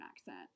accent